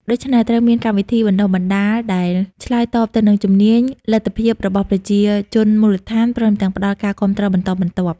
ដូច្នេះ ត្រូវមានកម្មវិធីបណ្តុះបណ្តាលដែលឆ្លើយតបទៅនឹងជំនាញ លទ្ធភាពរបស់ប្រជាជនមូលដ្ឋាន ព្រមទាំងផ្តល់ការគាំទ្របន្តបន្ទាប់។